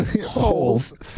Holes